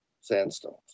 sandstones